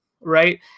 Right